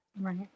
right